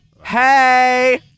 Hey